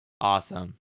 awesome